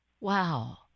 Wow